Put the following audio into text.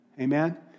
Amen